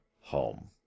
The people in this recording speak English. home